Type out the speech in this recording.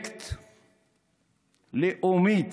כפרויקט לאומי,